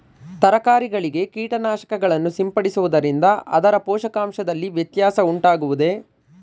ತರಕಾರಿಗಳಿಗೆ ಕೀಟನಾಶಕಗಳನ್ನು ಸಿಂಪಡಿಸುವುದರಿಂದ ಅದರ ಪೋಷಕಾಂಶದಲ್ಲಿ ವ್ಯತ್ಯಾಸ ಉಂಟಾಗುವುದೇ?